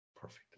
Perfect